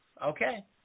Okay